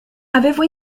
avevo